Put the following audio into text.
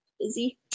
Busy